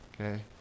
Okay